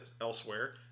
elsewhere